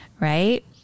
Right